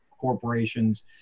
corporations